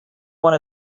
one